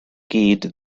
gyd